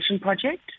Project